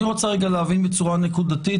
אני רוצה להבין בצורה נקודתית,